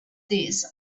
this